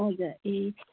हजुर ए